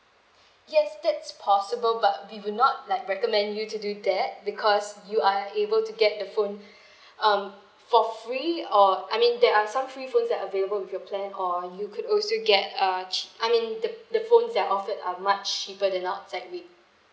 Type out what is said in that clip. yes that's possible but we would not like recommend you to do that because you are able to get the phone um for free or I mean there are some free phones that available with your plan or you could also get a che~ I mean the the phones that are offered are much cheaper than outside rate